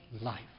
life